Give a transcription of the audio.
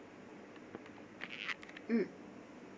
mm